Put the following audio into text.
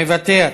מוותר.